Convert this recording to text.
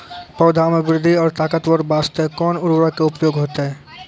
पौधा मे बृद्धि और ताकतवर बास्ते कोन उर्वरक के उपयोग होतै?